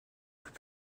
plus